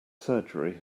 surgery